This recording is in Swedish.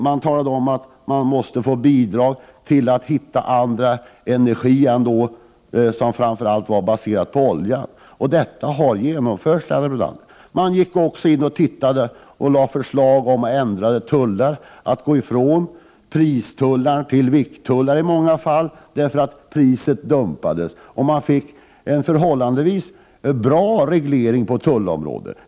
Det föreslogs också att det skulle utgå bidrag till näringen för att man skulle finna energiformer som inte var baserade på olja. Allt detta har genomförts. Man lade även fram förslag om ändring av tullarna. Man gick i många fall över från pristullar till vikttullar, eftersom priserna dumpades. Det blev en förhållandevis bra reglering på tullområdet.